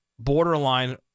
borderline